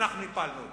ואנחנו הפלנו אותו.